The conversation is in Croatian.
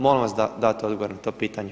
Molim vas da date odgovor na to pitanje.